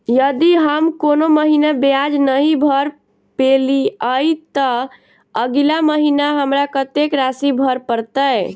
यदि हम कोनो महीना ब्याज नहि भर पेलीअइ, तऽ अगिला महीना हमरा कत्तेक राशि भर पड़तय?